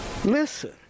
listen